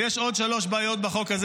ויש עוד שלוש בעיות בחוק הזה.